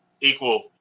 equal